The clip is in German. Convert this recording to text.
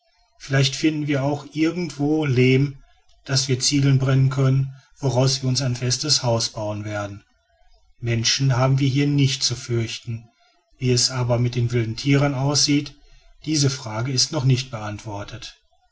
vielleicht finden wir auch irgend wo lehm daß wir ziegeln brennen können woraus wir uns ein festes haus bauen werden menschen haben wir hier nicht zu fürchten wie es aber mit den wilden tieren aussieht diese frage ist noch nicht beantwortet